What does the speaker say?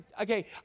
okay